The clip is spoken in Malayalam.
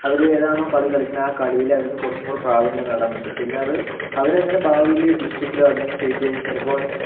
അവരുടേതാണോ കളി കളിക്കുന്നത് ആ കളിയില് അവർക്ക് കൊറച്ചും കൂടെ പ്രാവീണ്യം നേടാൻ പറ്റും പിന്നെ അത് അവരങ്ങനെ ഭാവിയില് ഡിസ്ട്രികിലോ അല്ലെങ്കിൽ സ്റ്റേറ്റ് ചിലപ്പോൾ